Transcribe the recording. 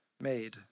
made